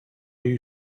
you